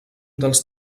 dels